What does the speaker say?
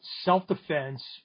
self-defense